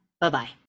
Bye-bye